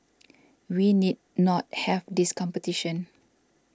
we need not have this competition